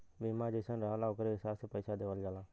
बीमा जइसन रहला ओकरे हिसाब से पइसा देवल जाला